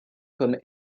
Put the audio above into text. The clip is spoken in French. comme